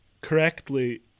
correctly